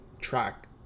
track